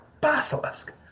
Basilisk